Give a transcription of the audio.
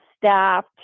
staff